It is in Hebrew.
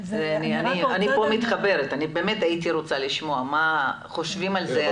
אני מתחברת לזה והייתי שמחה לשמוע מה חושבים הארגונים על זה.